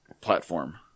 platform